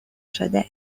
sede